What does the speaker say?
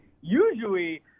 usually